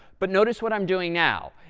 but notice what i'm doing now.